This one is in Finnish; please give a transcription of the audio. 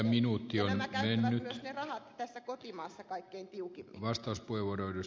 nämä käyttävät myös ne rahat tässä kotimaassa kaikkein tiukimmin